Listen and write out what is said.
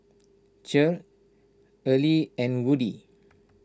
Cher Earley and Woodie